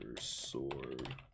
sword